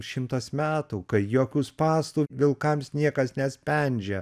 šimtas metų kai jokių spąstų vilkams niekas nespendžia